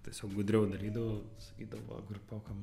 tiesiog gudriau darydavau sakydavo grupiokam